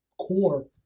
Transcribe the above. core